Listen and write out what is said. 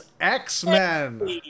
X-Men